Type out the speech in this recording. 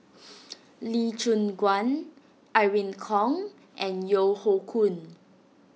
Lee Choon Guan Irene Khong and Yeo Hoe Koon